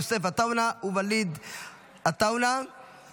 יוסף עטאונה וואליד אלהואשלה.